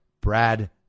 Brad